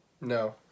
No